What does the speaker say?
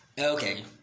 Okay